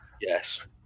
Yes